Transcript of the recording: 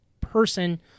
person